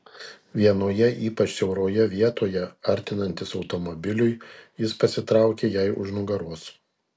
vienoje ypač siauroje vietoje artinantis automobiliui jis pasitraukė jai už nugaros